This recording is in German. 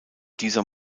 dieser